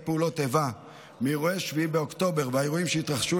פעולות איבה מאירועי 7 באוקטובר והאירועים שהתרחשו